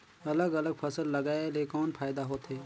अलग अलग फसल लगाय ले कौन फायदा होथे?